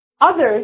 others